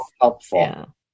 helpful